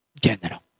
general